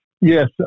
Yes